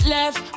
Left